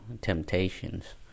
temptations